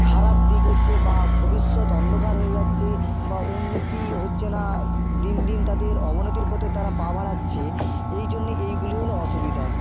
খারাপ দিক হচ্ছে বা ভবিষ্যৎ অন্ধকার হয়ে যাচ্ছে বা উন্নতি হচ্ছে না দিন দিন তাদের অবনতির পথে তারা পা বাড়াচ্ছে এই জন্যে এইগুলি হলো অসুবিধা